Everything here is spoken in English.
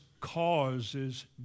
causes